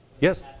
Yes